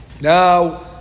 Now